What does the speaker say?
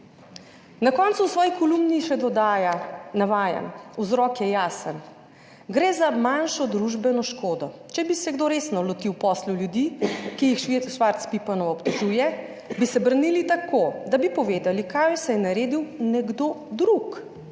Na koncu v svoji kolumni še dodaja, navajam, vzrok je jasen, gre za manjšo družbeno škodo. Če bi se kdo resno lotil poslov ljudi, ki jih Švarc Pipanov obtožuje, bi se branili tako, da bi povedali, kaj vse je naredil nekdo drug,